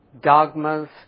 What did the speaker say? dogmas